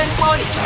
money